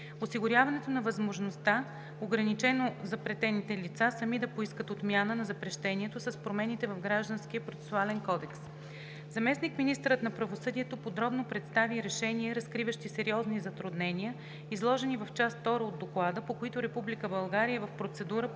осигуряване на възможността ограничено запретените лица сами да поискат отмяна на запрещението с промените в Гражданския процесуален кодекс. Заместник-министърът на правосъдието подробно представи решения, разкриващи сериозни затруднения, изложени в част втора от Доклада, по които Република България